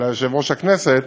אולי יושב-ראש הכנסת,